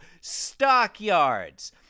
stockyards